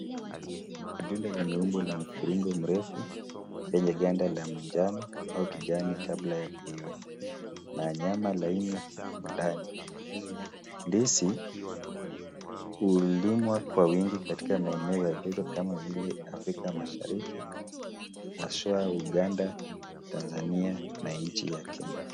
Ndizi ni tunda lenye umbo la mviringo mrefu na yenye ganda la manjano au kijani kabla ya kuiva na nyama laini ndani, ndizi hulimwa kwa wingi katika maeneo ya joto kama vile Afrika mashariki haswa Uganda, Tanzania na nchi ya Kenya.